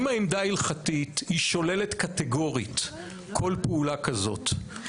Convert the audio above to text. אם העמדה ההלכתית היא שוללת קטגורית כל פעולה כזאת,